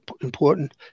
important